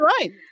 right